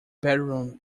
bedroom